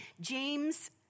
James